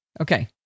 Okay